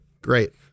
Great